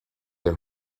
der